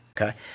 Okay